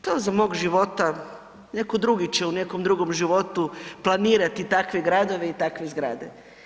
to za mog života, netko drugi će u nekom drugom životu planirati takve gradove i takve zgrade.